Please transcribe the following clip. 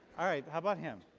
alright. how about him.